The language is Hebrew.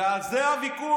ועל זה הוויכוח.